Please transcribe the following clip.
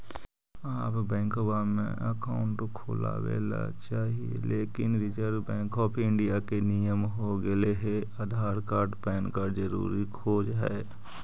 आब बैंकवा मे अकाउंट खोलावे ल चाहिए लेकिन रिजर्व बैंक ऑफ़र इंडिया के नियम हो गेले हे आधार कार्ड पैन कार्ड जरूरी खोज है?